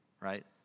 right